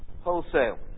wholesale